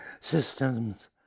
systems